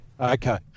Okay